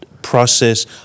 process